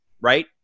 right